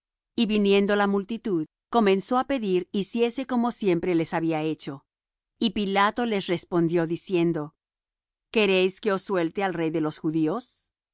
y viniendo la multitud comenzó á pedir hiciese como siempre les había hecho y pilato les respondió diciendo queréis que os suelte al rey de los judíos